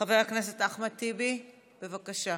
חבר הכנסת אחמד טיבי, בבקשה.